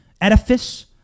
edifice